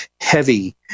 heavy